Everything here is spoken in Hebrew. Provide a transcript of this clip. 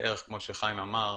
בערך כמו שחיים אמר,